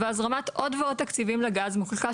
והזרמת עוד ועוד תקציבים לגז מוכיחה